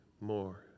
more